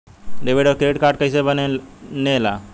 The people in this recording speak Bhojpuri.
डेबिट और क्रेडिट कार्ड कईसे बने ने ला?